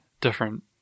different